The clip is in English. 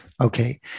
Okay